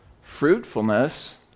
fruitfulness